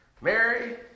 Mary